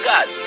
God